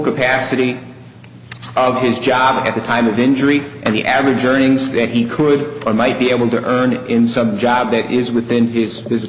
capacity of his job at the time of injury and the average earnings that he could or might be able to earn in some job that is within his